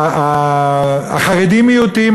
החרדים מיעוטים,